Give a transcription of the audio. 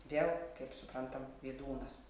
vėl kaip suprantam vydūnas